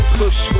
push